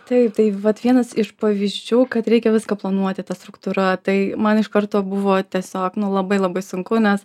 taip tai vat vienas iš pavyzdžių kad reikia viską planuoti ta struktūra tai man iš karto buvo tiesiog nu labai labai sunku nes